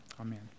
Amen